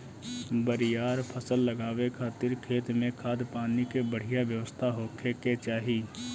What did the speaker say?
बरियार फसल लगावे खातिर खेत में खाद, पानी के बढ़िया व्यवस्था होखे के चाही